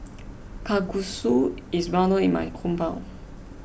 Kalguksu is well known in my hometown